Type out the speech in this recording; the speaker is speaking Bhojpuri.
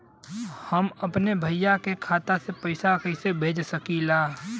हम अपने भईया के खाता में पैसा कईसे भेजी?